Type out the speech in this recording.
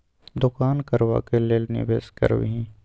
दोकान करबाक लेल निवेश करबिही